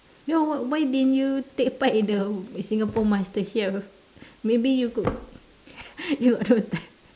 no what what why didn't you take part in the Singapore master chef maybe you could you no time